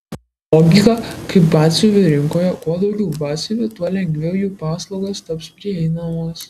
logika kaip batsiuvių rinkoje kuo daugiau batsiuvių tuo lengviau jų paslaugos taps prieinamos